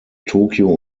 tokio